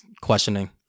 questioning